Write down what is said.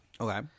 Okay